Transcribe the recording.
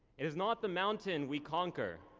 it is not the mountain we conquer,